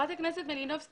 חברת הכנסת מלינובסקי,